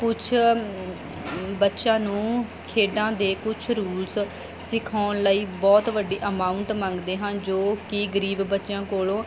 ਕੁਛ ਬੱਚਿਆਂ ਨੂੰ ਖੇਡਾਂ ਦੇ ਕੁਛ ਰੂਲਸ ਸਿਖਾਉਣ ਲਈ ਬਹੁਤ ਵੱਡੀ ਅਮਾਊਂਟ ਮੰਗਦੇ ਹਨ ਜੋ ਕਿ ਗਰੀਬ ਬੱਚਿਆਂ ਕੋਲੋਂ